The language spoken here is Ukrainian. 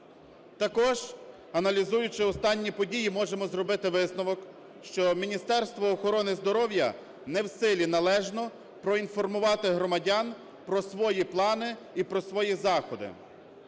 Також аналізуючи останні події, можемо зробити висновок, що Міністерство охорони здоров'я не в силі належно проінформувати громадян про свої плани і про свої заходи.